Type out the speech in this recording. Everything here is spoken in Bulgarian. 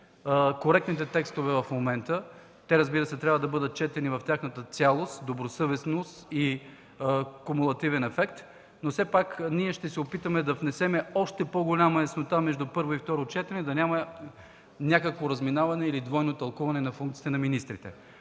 коректните текстове в момента, те, естествено, трябва да бъдат четени в тяхната цялост, добросъвестност и кумулативен ефект, но все пак ще се опитаме да внесем още по-голяма яснота между първо и второ четене, за да няма някакво разминаване или двойно тълкуване на функциите на министрите.